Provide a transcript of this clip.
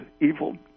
evil